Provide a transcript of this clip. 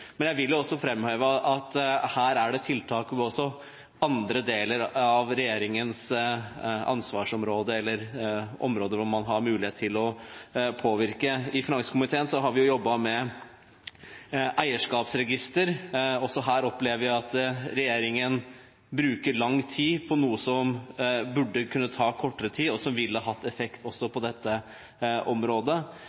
men jeg vil også fremheve at her er det tiltak hvor man også innen andre deler av regjeringens ansvarsområder har mulighet til å påvirke. I finanskomiteen har vi jobbet med eierskapsregister, og også her opplever vi at regjeringen bruker lang tid på noe som burde kunne ta kortere tid, og som ville hatt effekt også